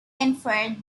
infrared